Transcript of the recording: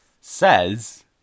says